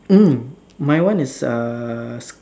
mm my one is uh